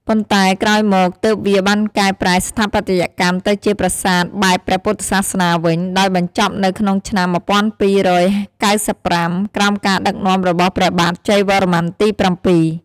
ប៉ុន្តែក្រោយមកទើបវាបានកែប្រែស្ថាបត្យកម្មទៅជាប្រាសាទបែបព្រះពុទ្ធសាសនាវិញ ដោយបញ្ចប់នៅក្នុងឆ្នាំ ១២៩៥ ក្រោមការដឹកនាំរបស់ព្រះបាទជ័យវរ្ម័នទី៧។